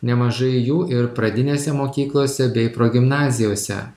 nemažai jų ir pradinėse mokyklose bei progimnazijose